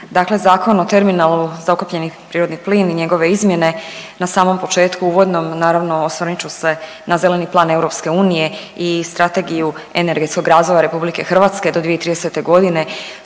Zakon o terminalu za ukapljeni prirodni plin i njegove izmjene na samom početku uvodnom naravno osvrnut ću se na zeleni plan EU i strategiju energetskog razvoja RH do 2030. sa onim